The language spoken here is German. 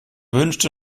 wünschte